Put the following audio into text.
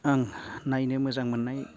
आं नायनो मोजां मोननाय